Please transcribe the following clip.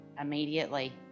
immediately